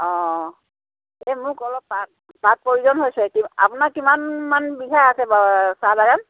অ' এ মোক অলপ পাত পাত প্ৰয়োজন হৈছে আপোনাৰ কিমান মান বিঘা আছে ব চাহ বাগান